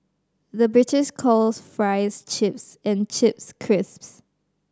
the British calls fries chips and chips crisps